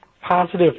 positive